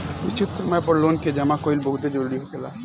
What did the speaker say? निश्चित समय पर लोन के जामा कईल बहुते जरूरी होखेला